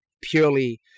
purely